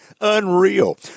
Unreal